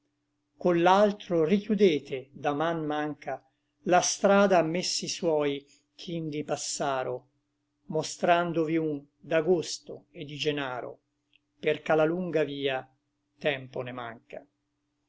coll'altro richiudete da man mancha la strada a messi suoi ch'indi passaro mostrandovi un d'agosto et di genaro perch'a la lunga via tempo ne mancha